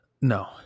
No